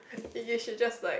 you should just like